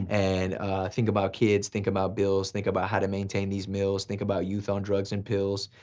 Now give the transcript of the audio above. and think about kids, think about bills, think about how to maintain these bills, think about youth on drugs and pills,